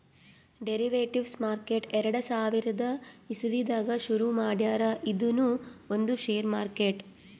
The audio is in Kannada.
ಡೆರಿವೆಟಿವ್ಸ್ ಮಾರ್ಕೆಟ್ ಎರಡ ಸಾವಿರದ್ ಇಸವಿದಾಗ್ ಶುರು ಮಾಡ್ಯಾರ್ ಇದೂನು ಒಂದ್ ಷೇರ್ ಮಾರ್ಕೆಟ್